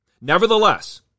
Nevertheless